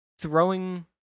throwing